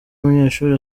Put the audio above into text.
umunyeshuri